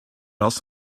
else